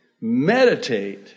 meditate